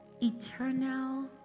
eternal